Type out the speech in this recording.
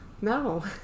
No